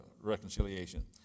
reconciliation